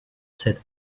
set